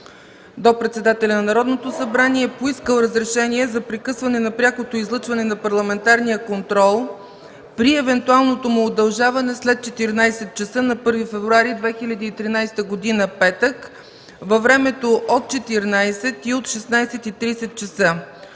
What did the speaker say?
до председателя на Народното събрание е поискал разрешение за прекъсване на прякото излъчване на парламентарния контрол при евентуалното му удължаване след 14,00 ч. на 1 февруари 2013 г. – петък, във времето от 14,00 ч. и от 16,30 ч.